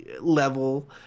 level